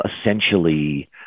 essentially